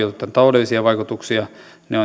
tämän taloudellisia vaikutuksia